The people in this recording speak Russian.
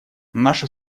наша